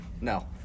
No